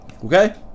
Okay